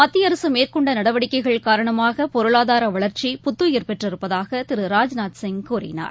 மத்தியஅரகமேற்கொண்டநடவடிக்கைகள் காரணமாகபொருளாதாரவளர்ச்சி புத்தயிர் பெற்றிருப்பதாகதிரு ராஜ்நாத் சிங் கூறினார்